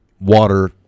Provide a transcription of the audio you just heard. water